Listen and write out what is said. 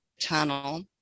tunnel